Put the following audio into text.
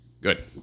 good